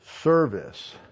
service